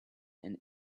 and